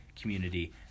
community